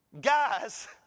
guys